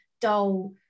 dull